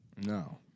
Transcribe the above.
No